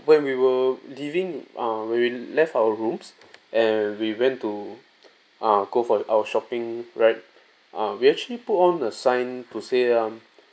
when we were leaving uh when we left our rooms and we went to uh go for our shopping right uh we actually put on a sign to say um